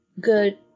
good